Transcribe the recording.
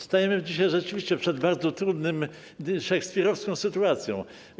Stajemy dzisiaj rzeczywiście przed bardzo trudną, szekspirowską sytuacją.